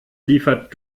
liefert